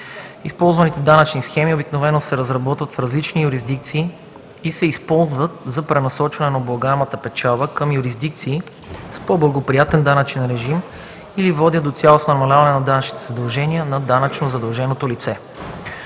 Използваните данъчни схеми обикновено се разработват в различни юрисдикции и се използват за пренасочване на облагаемата печалба към юрисдикции с по-благоприятен данъчен режим или водят до цялостно намаляване на данъчните задължения на данъчно задълженото лице.